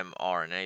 mRNA